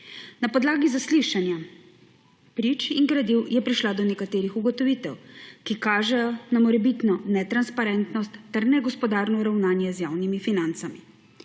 Na podlagi zaslišanja prič in gradiv je prišla do nekaterih ugotovitev, ki kažejo na morebitno ne transparentnost ter negospodarno ravnanje z javnimi financami.